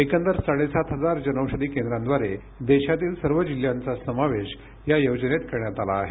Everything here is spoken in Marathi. एकंदर साडे सात हजार जनौषधी केंद्रांद्वारे देशातील सर्व जिल्ह्यांचा समावेश या योजनेत करण्यात आला आहे